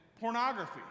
pornography